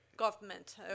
Government